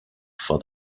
for